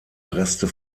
reste